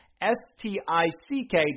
S-T-I-C-K